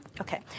Okay